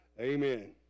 Amen